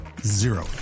zero